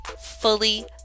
fully